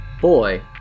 boy